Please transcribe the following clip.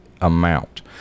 amount